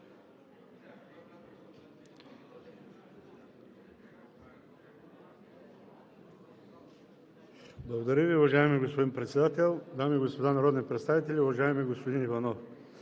Благодаря Ви, уважаеми господин Председател. Дами и господа народни представители, уважаеми господин Иванов!